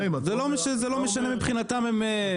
זה לא משנה, מבחינתם הם קרסו.